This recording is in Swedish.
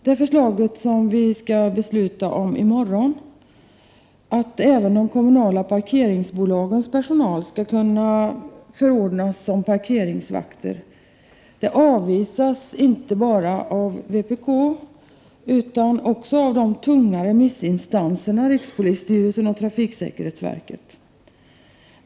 Det förslag som vi skall besluta om i morgon, att även de kommunala parkeringsbolagens personal skall kunna förordnas som parkeringsvakter, avvisas inte bara av vpk utan också av de tunga remissintanserna rikspolisstyrelsen och trafiksäkerhetsverket.